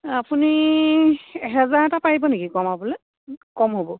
আপুনি এহেজাৰ এটা পাৰিব নেকি কমাবলৈ কম হ'ব